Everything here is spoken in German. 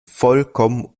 vollkommen